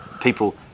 People